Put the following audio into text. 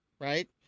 right